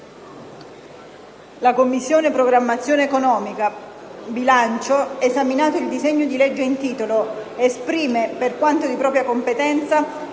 «La Commissione programmazione economica, bilancio, esaminato il disegno di legge in titolo, esprime, per quanto di propria competenza,